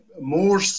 more